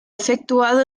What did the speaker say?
efectuado